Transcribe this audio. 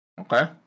okay